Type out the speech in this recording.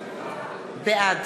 בעד